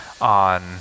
on